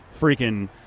freaking